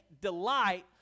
delight